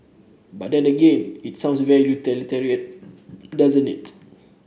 but again it sounds very utilitarian doesn't it